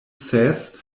ses